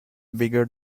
bigger